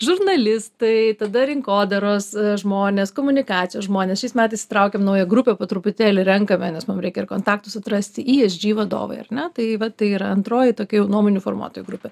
žurnalistai tada rinkodaros žmonės komunikacijos žmonės šiais metais įtraukėm naują grupę po truputėlį renkame nes mum reikia ir kontaktus atrasti esg vadovai ar ne tai vat tai yra antroji tokia jau nuomonių formuotojų grupė